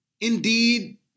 indeed